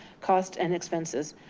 cost and expenses.